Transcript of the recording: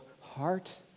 heart